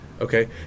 okay